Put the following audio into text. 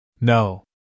No